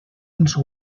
ens